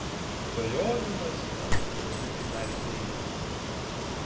svajonių mašina pavydžiai taria džeinė